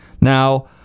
Now